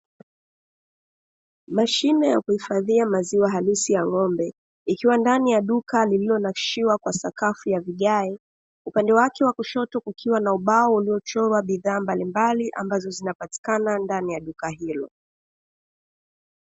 Mashine ya kuhifadhiwa maziwa halisi ya ng'ombe, ikiwa ndani ya duka lililonakishiwa kwa sakafu ya vigae. Upande wake wa kushoto kukiwa na ubao uliochorwa bidhaa mbalimbali, ambazo zinapatikana ndani ya duka hilo.